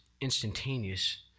instantaneous